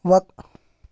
وق